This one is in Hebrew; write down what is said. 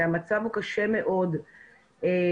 המצב הוא קשה מאוד באמת.